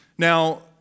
Now